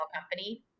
company